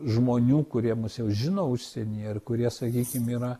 žmonių kurie mus jau žino užsienyje ar kurie sakysim yra